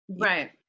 Right